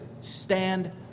stand